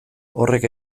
horrek